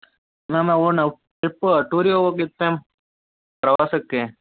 ma'am ನಾವು ನಾವು trip ಟೂರಿಗೆ ಹೋಗೋಕಿತ್ತು ಮ್ಯಾಮ್ ಪ್ರವಾಸಕ್ಕೆ